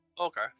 Okay